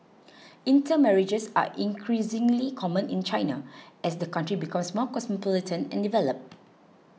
intermarriages are increasingly common in China as the country becomes more cosmopolitan and developed